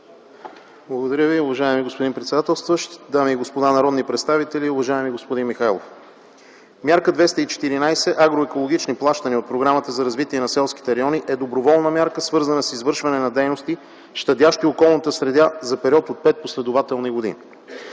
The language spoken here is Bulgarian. НАЙДЕНОВ: Уважаеми господин председател, уважаеми дами и господа народни представители, уважаеми господин Михайлов! Мярка 214 „Агроекологични плащания” от Програмата за развитие на селските райони е доброволна мярка, свързана с извършване на дейности, щадящи околната среда за период от пет последователни години.